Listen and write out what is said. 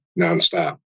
nonstop